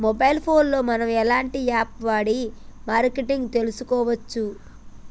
Mobile phone లో మనం ఎలాంటి యాప్ వాడి మార్కెటింగ్ తెలుసుకోవచ్చు?